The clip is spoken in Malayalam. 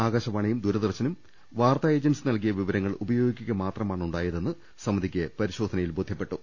ആകാശവാണിയും ദൂര ദർശനും വാർത്താ ഏജൻസി നൽകിയ വിവരങ്ങൾ ഉപയോഗിക്കുക മാത്ര മാണ് ഉണ്ടായതെന്ന് സമിതിക്ക് പരിശോധനയിൽ ബോധ്യപ്പെട്ടു